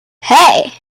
hey